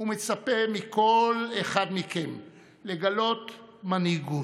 ומצפה מכל אחד מכם לגלות מנהיגות,